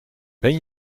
ben